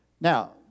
Now